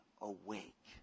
awake